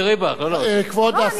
לא, אני לא אחזור בי.